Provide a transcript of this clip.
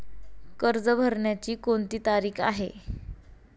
कर्ज भरण्याची कोणती तारीख आहे?